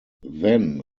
then